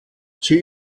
sie